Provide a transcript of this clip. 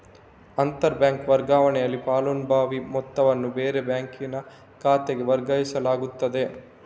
ಅಂತರ ಬ್ಯಾಂಕ್ ವರ್ಗಾವಣೆನಲ್ಲಿ ಫಲಾನುಭವಿಯ ಮೊತ್ತವನ್ನ ಬೇರೆ ಬ್ಯಾಂಕಿನ ಖಾತೆಗೆ ವರ್ಗಾಯಿಸಲಾಗ್ತದೆ